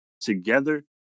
together